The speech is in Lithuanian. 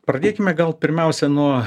pradėkime gal pirmiausia nuo